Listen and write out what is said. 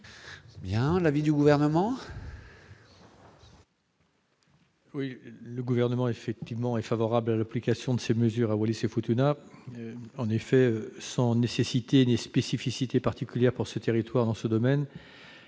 est l'avis du Gouvernement ?